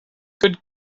good